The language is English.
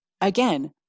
again